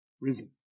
risen